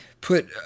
put